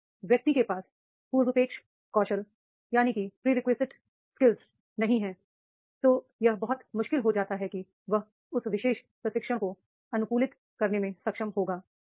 यदि व्यक्ति के पास प्रिरिक्विजिट स्किल्स नहीं है तो यह बहुत मुश्किल हो जाता है कि वह उस विशेष प्रशिक्षण को अनुकूलित करने में सक्षम होगा